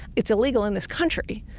it's illegal in this country,